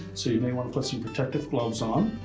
so you may want to put some protective gloves on.